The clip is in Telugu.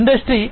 ఇండస్ట్రీ 4